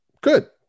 Good